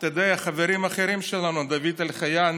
אתה יודע, על חברים אחרים שלנו, על דוד אלחייני,